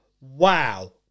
Wow